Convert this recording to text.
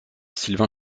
sylvain